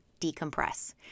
decompress